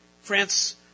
France